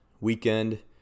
weekend